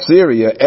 Syria